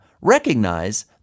recognize